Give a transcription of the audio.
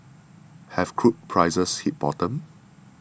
have crude prices hit bottom